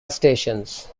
stations